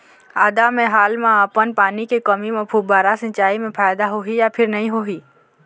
आदा मे हाल मा हमन पानी के कमी म फुब्बारा सिचाई मे फायदा होही या फिर नई होही?